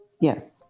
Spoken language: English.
Yes